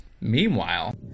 Meanwhile